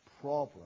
problem